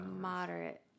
Moderate